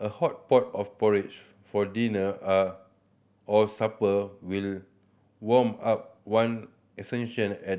a hot pot of porridge for dinner are or supper will warm up one at